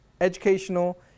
educational